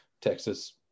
texas